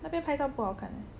那边拍照不好看 eh